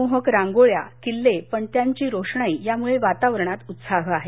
मोहक रांगोळ्या किल्ले पणत्यांची रोषणाई यामुळे वातावरणात उत्साह आहे